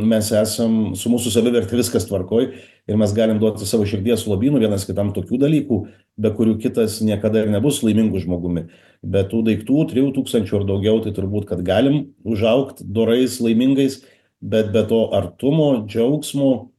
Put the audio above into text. mes esam su mūsų saviverte viskas tvarkoj ir mes galim duoti savo širdies lobynui vienas kitam tokių dalykų be kurių kitas niekada ir nebus laimingu žmogumi be tų daiktų trijų tūkstančių ar daugiau tai turbūt kad galim užaugt dorais laimingais bet be to artumo džiaugsmo